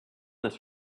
this